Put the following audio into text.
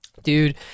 Dude